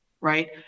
right